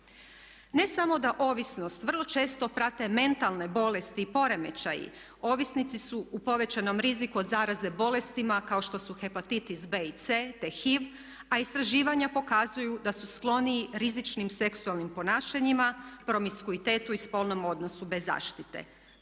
Ne samo da ovisnost vrlo često prate mentalne bolesti i poremećaji ovisnici su u povećanom riziku od zaraze bolestima kao što su hepatitis B i C, te HIV, a istraživanja pokazuju da su skloniji rizičnim seksualnim ponašanjima, promiskuitetu i spolnom odnosu bez zaštite.